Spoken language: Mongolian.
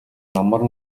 намар